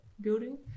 building